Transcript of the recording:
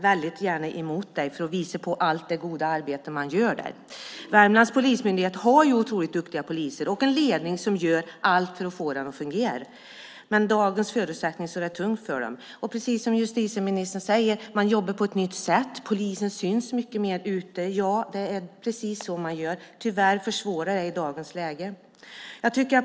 Vi tar gärna emot och visar allt det goda arbete man gör där. Värmlands polismyndighet har duktiga poliser och en ledning som gör allt för att få den att fungera. Med dagens förutsättningar är det dock tungt för dem. Precis som justitieministern jobbar man på ett nytt sätt. Polisen syns mycket mer ute. Tyvärr försvåras det i dagens läge.